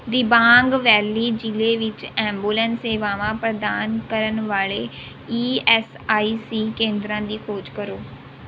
Dibang valley ਜ਼ਿਲੇ ਵਿੱਚ ambulance ਸੇਵਾਵਾਂ ਪ੍ਰਦਾਨ ਕਰਨ ਵਾਲੇ ਈ ਐੱਸ ਆਈ ਸੀ ਕੇਂਦਰਾਂ ਦੀ ਖੋਜ ਕਰੋ